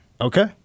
Okay